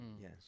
Yes